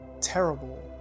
terrible